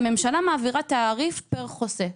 הממשלה מעבירה תעריף פר חוסה,